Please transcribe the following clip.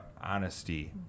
honesty